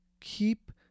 keep